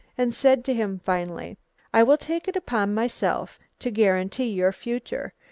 and said to him finally i will take it upon myself to guarantee your future,